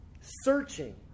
Searching